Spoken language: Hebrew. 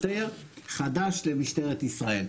שוטר חדש למשטרת ישראל.